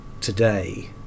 today